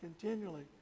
continually